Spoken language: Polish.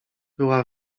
była